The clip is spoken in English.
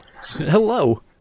Hello